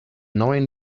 neuen